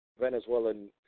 Venezuelan